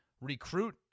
recruit